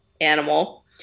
animal